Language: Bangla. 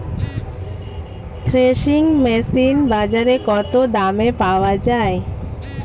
থ্রেসিং মেশিন বাজারে কত দামে পাওয়া যায়?